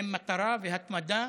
עם מטרה והתמדה,